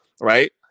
right